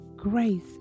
grace